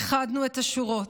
ואיחדנו את השורות.